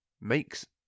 makes